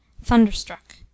thunderstruck